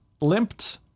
limped